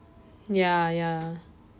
ya ya